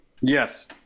Yes